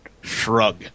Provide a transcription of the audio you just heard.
shrug